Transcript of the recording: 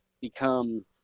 become